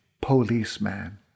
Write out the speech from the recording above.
policeman